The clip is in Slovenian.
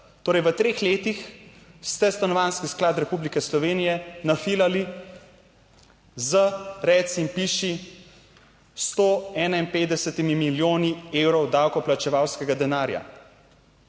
Torej, v treh letih ste Stanovanjski sklad Republike Slovenije nafilali z reci piši 151 milijoni evrov davkoplačevalskega denarja.